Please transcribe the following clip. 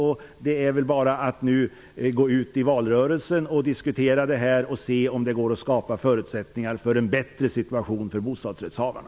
Nu återstår väl bara att gå ut i valrörelsen och diskutera detta och se om det går att skapa förutsättningar för en bättre situation för bostadsrättshavarna.